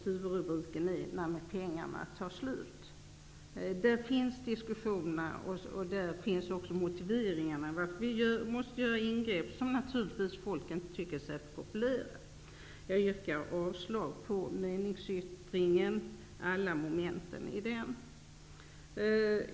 Huvudrubriken lyder: När pengarna tar slut. Där diskuteras och motiveras varför det måste göras ingrepp som folk naturligtvis inte tycker är särskilt populära. Jag yrkar avslag på alla momenten i meningsyttringen.